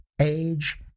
age